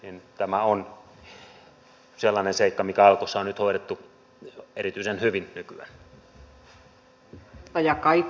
tämä on sellainen seikka mikä alkossa on hoidettu erityisen hyvin nykyään